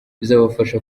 bizabafasha